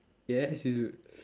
yes he's